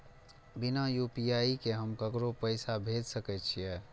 बिना यू.पी.आई के हम ककरो पैसा भेज सके छिए?